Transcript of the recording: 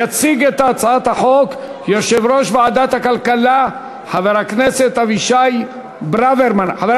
יציג את הצעת החוק יושב-ראש ועדת הכלכלה חבר הכנסת אבישי ברוורמן.